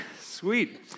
Sweet